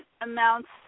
amounts